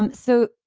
um so,